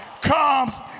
comes